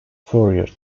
fourier